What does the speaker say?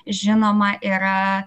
žinoma yra